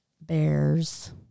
bears